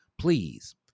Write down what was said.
Please